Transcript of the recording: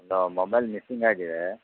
ಒಂದು mobile missing ಆಗಿದೆ